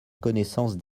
connaissance